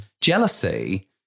Jealousy